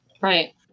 Right